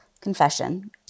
confession